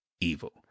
evil